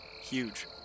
huge